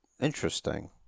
Interesting